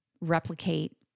replicate